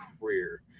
career